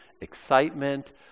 excitement